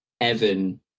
Evan